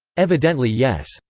evidently yes.